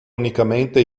unicamente